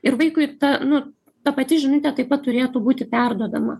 ir vaikui ta nu ta pati žinutė taip pat turėtų būti perduodama